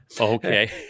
Okay